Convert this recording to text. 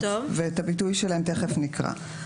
ואת הביטוי שלהן תיכף נקרא.